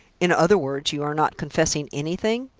in other words, you are not confessing anything?